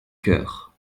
cœur